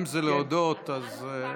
אם זה להודות אז,